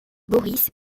boris